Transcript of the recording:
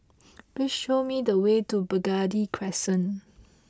please show me the way to Burgundy Crescent